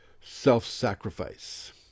self-sacrifice